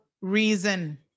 reason